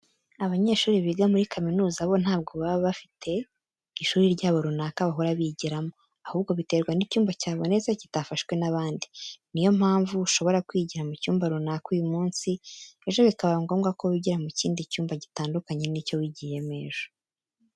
Abanyeshuri biga muri kaminuza bo ntabwo baba bafite ishuri ryabo runaka bahora bigiramo, ahubwo biterwa n'icyumba cyabonetse kitafashwe n'abandi. Niyo mpamvu ushobora kwigira mu cyumba runaka uyu munsi, ejo bikaba ngombwa ko wigira mu kindi cyumba gitandukanye n'icyo wigiyemo ejo.